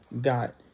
got